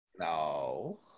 No